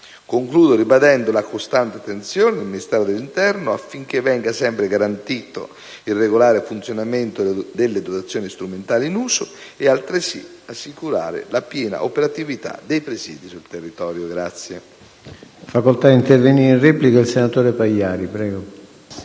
Concludo ribadendo la costante attenzione del Ministero dell'interno affinché venga sempre garantito il regolare funzionamento delle dotazioni strumentali in uso e altresì assicurata la piena operatività dei presidi sul territorio.